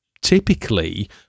typically